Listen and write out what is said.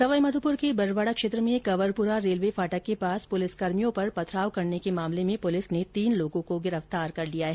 सवाईमाधोपुर के बरवाडा क्षेत्र में कंवरपुरा रेलवे फाटक के पास पुलिसकर्मियों पर पथराव करने के मामले में पुलिस ने तीन लोगों को गिरफ्तार किया है